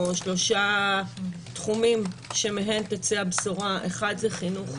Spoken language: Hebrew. או שלושה תחומים שמהם תצא הבשורה: חינוך,